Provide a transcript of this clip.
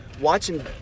Watching